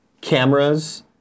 cameras